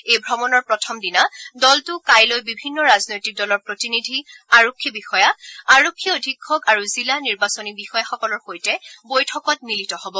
এই ভ্ৰমণৰ প্ৰথম দিনা দলটো কাইলৈ বিভিন্ন ৰাজনৈতিক দলৰ প্ৰতিনিধি আৰক্ষী বিষয়া আৰক্ষী অধীক্ষক আৰু জিলা নিৰ্বাচনী বিষয়াসকলৰ সৈতে বৈঠকত মিলিত হব